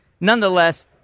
nonetheless